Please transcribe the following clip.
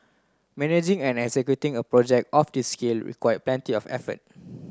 managing and executing a project of this scale required plenty of effort